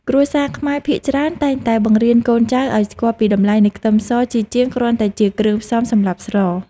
គ្រួសារខ្មែរភាគច្រើនតែងតែបង្រៀនកូនចៅឱ្យស្គាល់ពីតម្លៃនៃខ្ទឹមសជាជាងគ្រាន់តែជាគ្រឿងផ្សំសម្រាប់ស្ល។